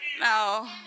No